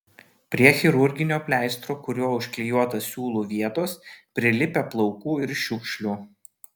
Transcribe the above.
prie chirurginio pleistro kuriuo užklijuotos siūlių vietos prilipę plaukų ir šiukšlių